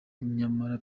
nyamara